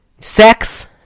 sex